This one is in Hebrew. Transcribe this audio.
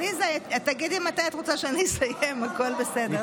עליזה, תגידי מתי את רוצה שאני אסיים, הכול בסדר.